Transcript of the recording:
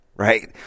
Right